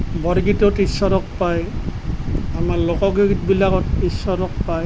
বৰগীতত ঈশ্বৰক পায় আমাৰ লোকগীত বিলাকত ঈশ্বৰক পায়